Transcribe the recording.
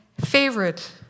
favorite